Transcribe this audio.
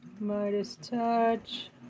Midas-Touch